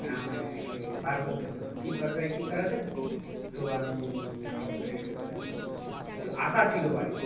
আমাকে বার করতে হলো কী করা যায় কী করা যায় তো আমি হঠাৎ করে কিছু আটা ছিল বাড়িতে